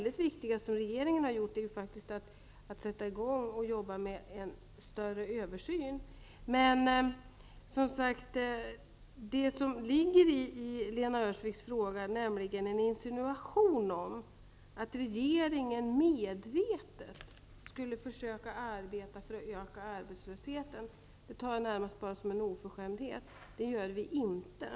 Det viktigaste som regeringen har gjort är att sätta i gång en större översyn. Men insinuationen i Lena Öhrsviks fråga att regeringen medvetet skulle försöka arbeta för att öka arbetslösheten ser jag endast som en oförskämdhet. Det gör regeringen inte.